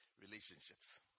relationships